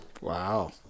Wow